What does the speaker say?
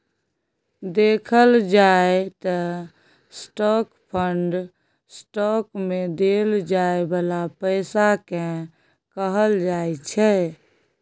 देखल जाइ त स्टाक फंड स्टॉक मे देल जाइ बाला पैसा केँ कहल जाइ छै